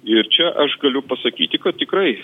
ir čia aš galiu pasakyti kad tikrai